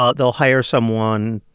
ah they'll hire someone,